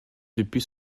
depuis